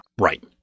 Right